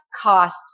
cost